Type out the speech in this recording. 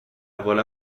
voilà